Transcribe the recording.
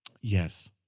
Yes